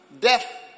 death